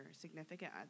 significant